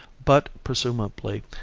but, presumably,